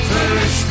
First